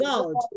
God